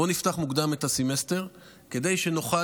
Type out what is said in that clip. בואו נפתח מוקדם את הסמסטר כדי שנוכל